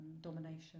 domination